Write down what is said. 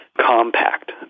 compact